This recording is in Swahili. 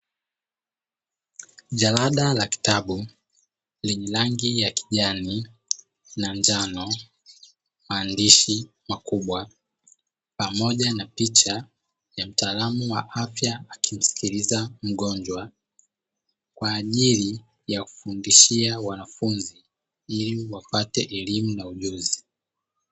Jalada la kitabu lenye rangi ya kijani na njano, maandishi makubwa pamoja na picha ya mtaalamu wa afya akimsikiliza mgonjwa kwa ajili ya kufundishia wanafunzi ili wapate elimu na ujuzi.